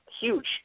huge